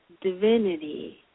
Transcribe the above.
divinity